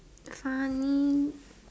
funny